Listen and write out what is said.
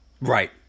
Right